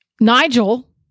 Nigel